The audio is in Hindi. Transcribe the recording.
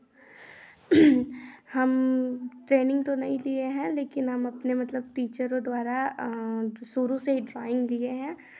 हम ट्रेनिंग तो नहीं किए हैं लेकिन हम अपने मतलब टीचरों द्वारा तो शुरू से ही ड्राॅइंग लिए हैं